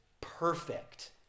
perfect